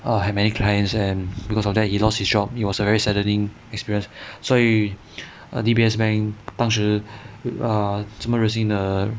err had many clients and because of that he lost his job it was a very saddening experience 所以 D_B_S bank 当时这么热心地